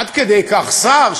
עד כדי כך שר,